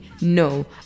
No